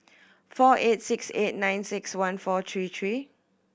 four eight six eight nine six one four three three